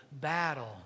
battle